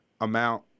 amount